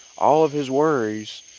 all of his worries.